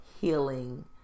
healing